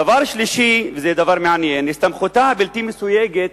דבר שלישי, זה דבר מעניין, הסתמכותה הבלתי-מסויגת